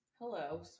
Hello